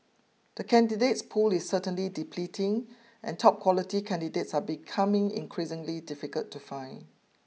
the candidates pool is certainly depleting and top quality candidates are becoming increasingly difficult to find